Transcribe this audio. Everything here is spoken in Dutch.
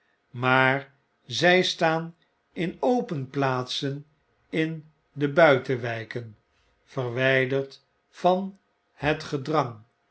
maar zjj staan in open plaatsen in de buitenwpen verwyderd van het gedrang